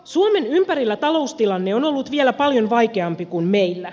suomen ympärillä taloustilanne on ollut vielä paljon vaikeampi kuin meillä